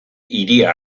hiria